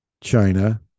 China